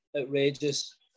outrageous